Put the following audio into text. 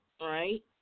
right